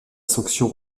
sanction